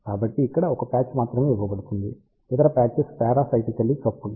కాబట్టి ఇక్కడ 1 పాచ్ మాత్రమే ఇవ్వబడుతుంది ఇతర పాచెస్ పారాసైటికల్లీ కపుల్డ్